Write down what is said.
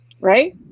Right